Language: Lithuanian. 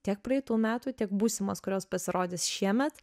tiek praeitų metų tiek būsimos kurios pasirodys šiemet